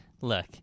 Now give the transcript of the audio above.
look